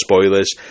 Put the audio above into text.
spoilers